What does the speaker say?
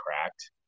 cracked